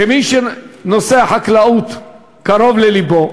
כמי שנושא החקלאות קרוב ללבו,